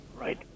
Right